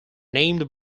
named